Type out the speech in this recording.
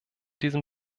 diesem